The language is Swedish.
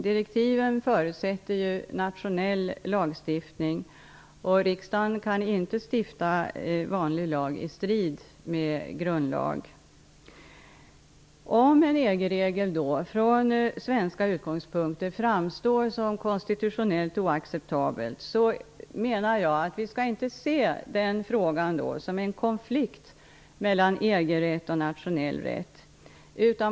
Direktiven förutsätter ju nationell lagstiftning, och riksdagen kan inte stifta vanlig lag i strid med grundlag. Om en EG-regel från svenska utgångspunkter framstår som konstitutionellt oacceptabel, menar jag att vi inte skall se det som en konflikt mellan EG-rätt och nationell rätt.